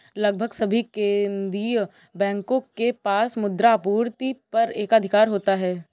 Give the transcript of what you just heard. लगभग सभी केंदीय बैंकों के पास मुद्रा आपूर्ति पर एकाधिकार होता है